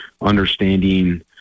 understanding